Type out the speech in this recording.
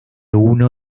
uno